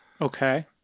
Okay